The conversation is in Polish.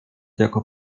jako